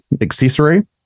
accessory